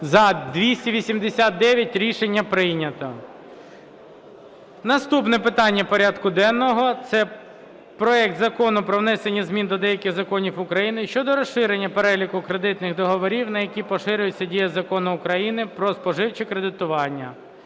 За-289 Рішення прийнято. Наступне питання порядку денного – це проект Закону про внесення змін до деяких законів України щодо розширення переліку кредитних договорів, на які поширюється дія Закону України "Про споживче кредитування"